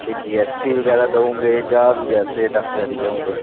ਬਈ G S T ਵਗੈਰਾ ਦਿਓਗੇ ਜਾਂ ਵੀ ਵੈਸੇ ਟੈਂਪਰਰੀ ਦਿਓਗੇ